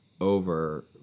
over